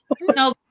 No